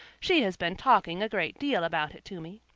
she has been talking a great deal about it to me.